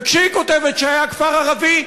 וכשהיא כותבת שהיה כפר ערבי,